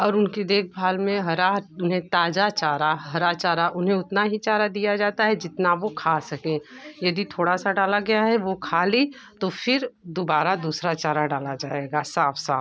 और उनकी देखभाल में हरा उन्हें ताज़ा चारा हरा चारा उन्हें उतना ही चारा दिया जाता है जितना वो खा सकें यदि थोड़ा सा डाला गया है वो खा ली तो फिर दोबारा दूसरा चारा डाला जाएगा साफ साफ